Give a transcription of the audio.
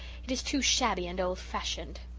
it is too shabby and old-fashioned.